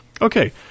Okay